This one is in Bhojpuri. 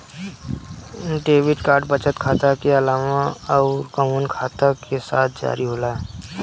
डेबिट कार्ड बचत खाता के अलावा अउरकवन खाता के साथ जारी होला?